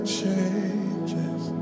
changes